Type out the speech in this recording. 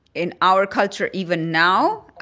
in our culture, even now,